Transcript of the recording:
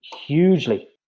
hugely